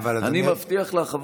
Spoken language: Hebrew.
אני מבטיח לך,